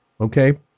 okay